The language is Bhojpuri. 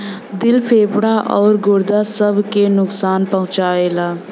दिल फेफड़ा आउर गुर्दा सब के नुकसान पहुंचाएला